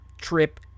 Trip